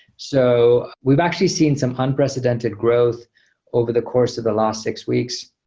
so we've actually seen some unprecedented growth over the course of the last six weeks,